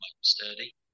sturdy